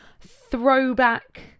throwback